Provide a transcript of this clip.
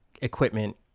equipment –